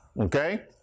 Okay